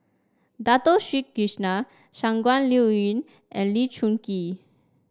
Dato Sri Krishna Shangguan Liuyun and Lee Choon Kee